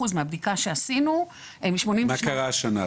מהבדיקה שעשינו --- מה קרה השנה,